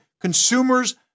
consumers